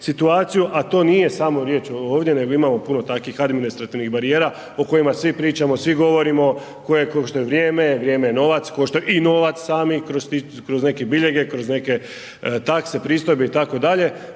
a to nije samo riječ ovdje nego imamo puno takvih administrativnih barijera o kojima svi pričamo, svi govorimo, koje koštaju vrijeme, vrijeme je novac, košta i novac sami kroz neke biljege, kroz neke takse, pristojbe itd.